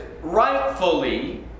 rightfully